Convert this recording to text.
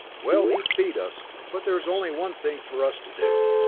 well, he beat us! but there is only one thing for us to do.